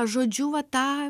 žodžių va tą